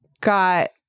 got